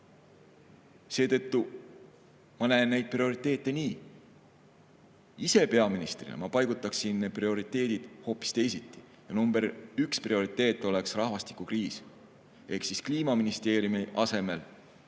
Seetõttu ma näen neid prioriteete nii. Ise peaministrina ma paigutaksin prioriteedid hoopis teisiti ja number üks prioriteet oleks rahvastikukriis ehk Kliimaministeeriumi asemel